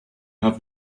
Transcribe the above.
have